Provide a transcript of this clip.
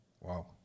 Wow